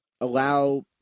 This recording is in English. allow